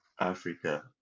Africa